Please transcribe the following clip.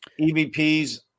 EVPs